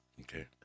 Okay